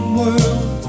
world